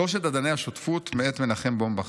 "שלושת אדני השותפות", מאת מנחם בומבך.